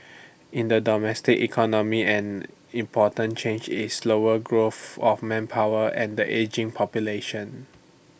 in the domestic economy an important change is slower growth of manpower and the ageing population